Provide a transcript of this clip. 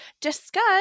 discuss